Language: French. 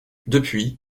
depuis